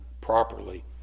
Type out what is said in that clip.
properly